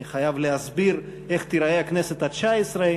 אני חייב להסביר איך תיראה הכנסת התשע-עשרה.